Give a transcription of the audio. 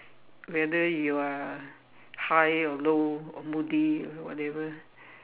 whether you are high or low or moody or whatever